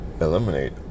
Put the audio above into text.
eliminate